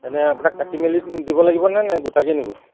এনেই আপোনাক কাটি মেলি দিব লাগিবনে নে গোটাকৈয়ে নিব